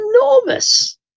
enormous